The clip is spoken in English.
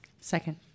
Second